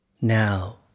Now